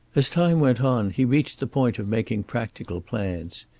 as time went on he reached the point of making practical plans.